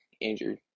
injured